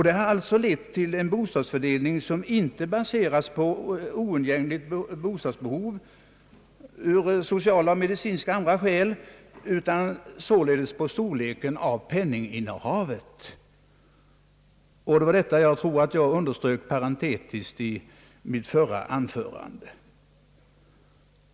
Detta har lett till en bostadsfördelning som inte baseras på oundgängligt bostadsbehov av sociala, medicinska och andra skäl, utan på storleken av penninginnehavet; jag tror att jag underströk detta parentetiskt i mitt förra anförande.